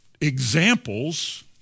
examples